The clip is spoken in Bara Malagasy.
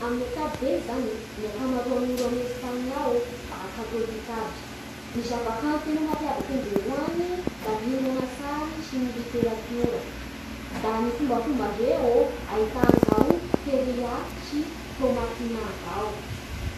Amin'ny akapobeny zany ny akamaroan'ny olo amin'ny Espagne ao e da katôlika aby. Ny zava-kanto tena mapiavaky andreo any da ny hioronan-tsary sy ny literatiora. Da ny fombafombandreô ahita an'izao Feria sy Tomatina zao